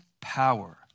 power